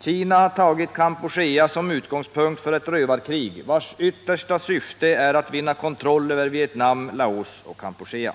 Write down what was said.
Kina har tagit Kampuchea som en utgångspunkt för ett rövarkrig, vars yttersta syfte är att vinna kontroll över Vietnam, Laos och Kampuchea.